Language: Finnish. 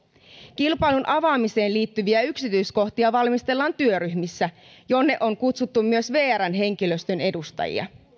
kilpailun avaamiseen liittyviä yksityiskohtia valmistellaan työryhmissä jonne on kutsuttu myös vrn henkilöstön edustajia